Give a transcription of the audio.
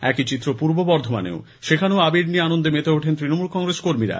একই চিত্র পূর্ব বর্ধমানেও সেখানেও আবির নিয়ে আনন্দে মেতে ওঠেন তৃণমূল কংগ্রেস কর্মীরা